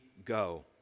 go